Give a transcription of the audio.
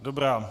Dobrá.